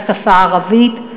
בשפה הערבית.